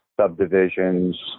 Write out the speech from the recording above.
subdivisions